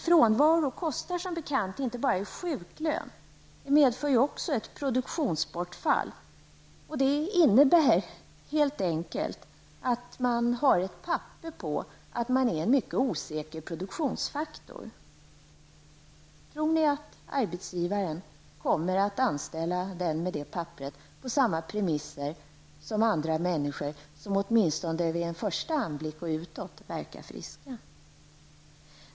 Frånvaro kostar som bekant inte bara i sjuklön, det medför också produktionsbortfall och det här innebär helt enkelt att man har papper på att man är en mycket osäker produktionsfaktor. Tror ni att arbetsgivaren kommer att anställa den med det papperet på samma premisser som andra människor, som åtminstone vid en första anblick och utåt verkar friska?